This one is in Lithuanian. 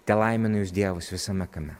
telaimina jus dievas visame kame